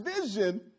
vision